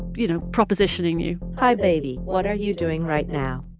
you know, propositioning you hi, baby. what are you doing right now?